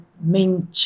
main